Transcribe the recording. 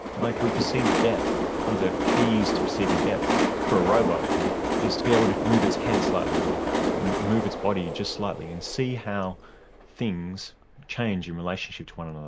like we perceive depth one of the keys to perceiving depth for a robot is to be able to move its head slightly, or move its body just slightly and see how things change in relationship to one another.